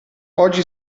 oggi